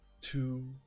two